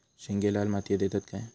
शेंगे लाल मातीयेत येतत काय?